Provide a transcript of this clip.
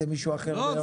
זה מישהו אחר באירופה.